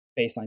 baseline